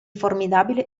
formidabile